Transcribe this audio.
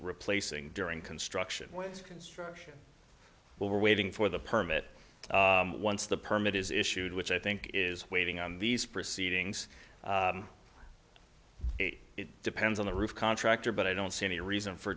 replacing during construction construction we're waiting for the permit once the permit is issued which i think is waiting on these proceedings it depends on the roof contractor but i don't see any reason for